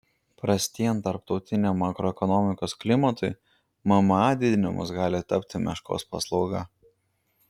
prastėjant tarptautiniam makroekonomikos klimatui mma didinimas gali tapti meškos paslauga